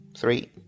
Three